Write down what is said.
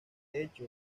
hecho